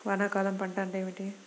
వానాకాలం పంట అంటే ఏమిటి?